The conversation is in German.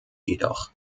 jedoch